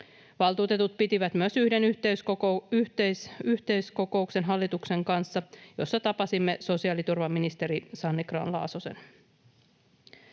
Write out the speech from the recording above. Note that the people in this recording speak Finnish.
Valtuutetut pitivät myös hallituksen kanssa yhden yhteiskokouksen, jossa tapasimme sosiaaliturvaministeri Sanni Grahn-Laasosen.